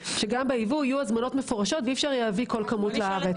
שגם בייבוא יהיו הזמנות מפורשות ואי אפשר להביא כל כמות לארץ.